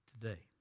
today